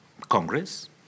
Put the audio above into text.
Congress